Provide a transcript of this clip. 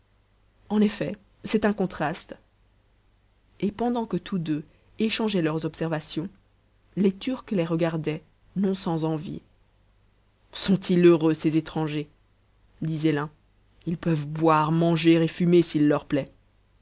en effet c'est un contraste et pendant que tous deux échangeaient leurs observations les turcs les regardaient non sans envie sont-ils heureux ces étrangers disait l'un ils peuvent boire manger et fumer s'il leur plaît